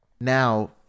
Now